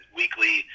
weekly